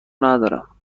ندارم